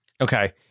okay